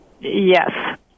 Yes